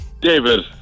David